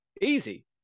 easy